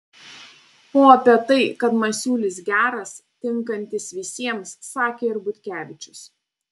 o apie tai kad masiulis geras tinkantis visiems sakė ir butkevičius